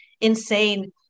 insane